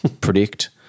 predict